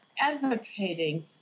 advocating